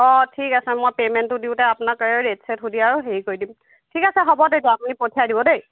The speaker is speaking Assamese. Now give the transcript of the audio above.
অঁ ঠিক আছে মই পে'মেণ্টটো দিওঁতে আপোনাক এই ৰেট চেট সুধি আৰু হেৰি কৰি দিম ঠিক আছে হ'ব তেতিয়া আপুনি পঠিয়াই দিব দেই